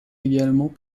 également